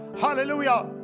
Hallelujah